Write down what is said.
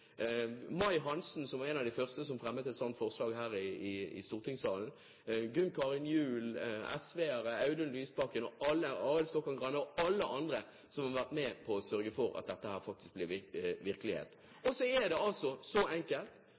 May Hansen – som var en av de første som fremmet et sånt forslag her i stortingssalen – Gunn Karin Gjul, SV-ere, Audun Lysbakken, Arild Stokkan-Grande og alle andre som har vært med på å sørge for at dette faktisk blir virkelighet. Det er altså så enkelt